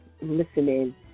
listening